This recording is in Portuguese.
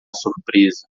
surpresa